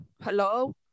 hello